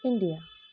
India